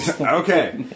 Okay